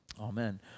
Amen